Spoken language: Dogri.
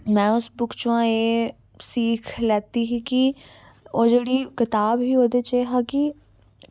में उस बुक चोआं एह् सीख लैती ही कि ओह् जेह्ड़ी कताब ही ओह्दे च एह् हा कि